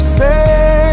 say